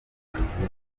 burenganzira